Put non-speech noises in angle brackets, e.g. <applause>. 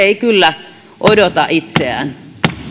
<unintelligible> ei kyllä odota itseään